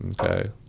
okay